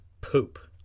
poop